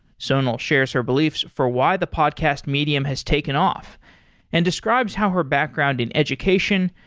sonal shares her beliefs for why the podcast medium has taken off and describes how her background in education,